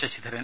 Sasidharan